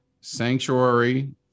Sanctuary